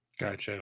Gotcha